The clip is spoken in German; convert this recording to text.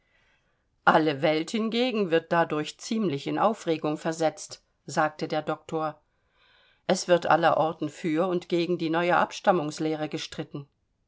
alle welt hingegen wird dadurch ziemlich in aufregung versetzt sagte der doktor es wird aller orten für und gegen die neue abstammungslehre gestritten